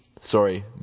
sorry